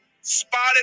spotted